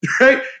right